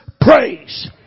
praise